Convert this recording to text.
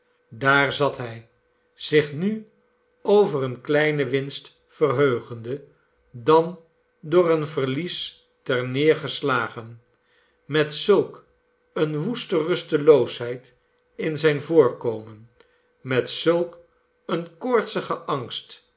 daar zat hij zich nu over eene kleine winst verheugende dan door een verlies ter neer geslagen met zulk eene woeste rusteloosheid in zijn voorkomen met zulk een koortsigen angst